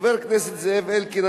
חבר הכנסת זאב אלקין,